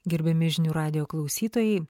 gerbiami žinių radijo klausytojai